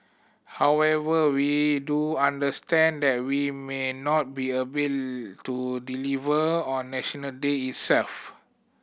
however we do understand that we may not be able to deliver on National Day itself